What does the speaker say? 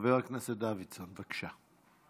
חבר הכנסת דוידסון, בבקשה.